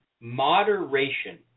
Moderation